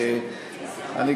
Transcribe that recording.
אני מקשיב.